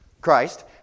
Christ